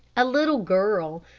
a little girl,